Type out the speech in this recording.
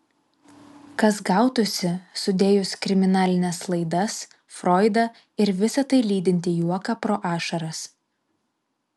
kas gautųsi sudėjus kriminalines laidas froidą ir visa tai lydintį juoką pro ašaras